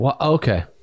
Okay